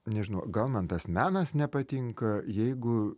nežinau gal man tas menas nepatinka jeigu